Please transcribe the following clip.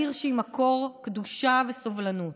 העיר שהיא מקור קדושה וסובלנות,